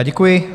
Děkuji.